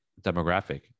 demographic